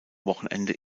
wochenende